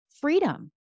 freedom